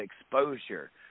exposure